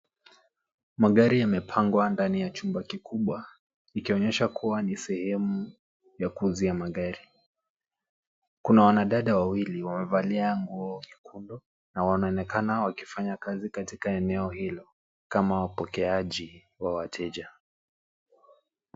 Magari yamepangwa ndani ya chumba kikubwa ikionyesha kuwa ni sehemu ya kuuzia magari. Kuna wanadada wawili wamevalia nguo nyekundu na wanaonekana wakifanya kazi katika eneo hilo kama wapokeaji wa wateja.